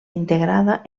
integrada